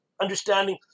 understanding